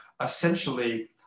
essentially